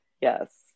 Yes